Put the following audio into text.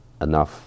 enough